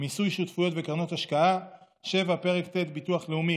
(מיסוי שותפויות וקרנות השקעה); 7. פרק ט' (ביטוח לאומי),